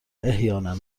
احیانا